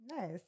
Nice